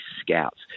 scouts